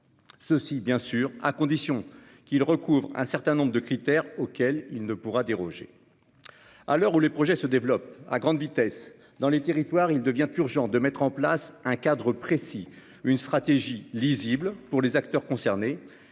condition toutefois qu'il réponde à un certain nombre de critères auxquels il ne pourra déroger. À l'heure où les projets se développent à grande vitesse dans les territoires, il devient urgent de mettre en place un cadre précis et une stratégie lisible pour les acteurs concernés